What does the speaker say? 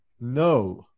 no